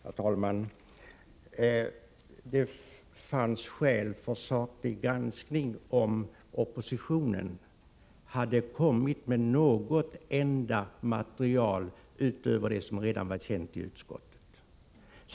Herr talman! Det hade funnits skäl för saklig granskning om oppositionen hade kommit med något enda material utöver det som redan var känt i utskottet.